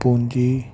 ਪੂੰਜੀ